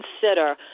consider